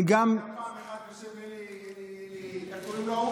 אני גם, היה פעם אחד בשם אלי, איך קוראים לו?